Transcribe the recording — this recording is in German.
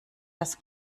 das